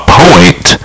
point